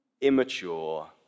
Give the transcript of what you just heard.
immature